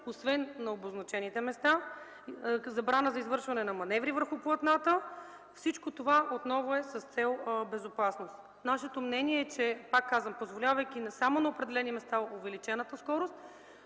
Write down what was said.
освен на обозначените места; забрана за извършване на маневри върху платната. Всичко това отново е с цел безопасност. Нашето мнение е, пак казвам, позволявайки само на определени места увеличената скорост,